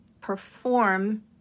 perform